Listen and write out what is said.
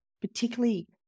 particularly